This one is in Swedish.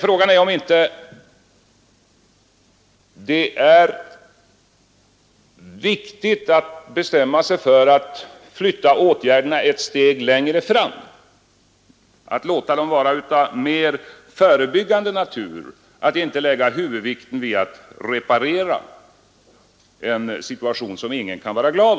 Frågan är om det inte är viktigt att bestämma sig för att flytta åtgärderna ett steg längre fram, att låta dem vara av mer förebyggande natur, att inte lägga huvudvikten vid att reparera en redan inträffad skada som ingen kan vara glad åt.